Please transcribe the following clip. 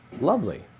lovely